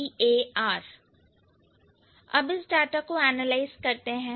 अब इस डाटा को एनालाइज करते हैं